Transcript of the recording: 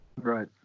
Right